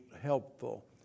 helpful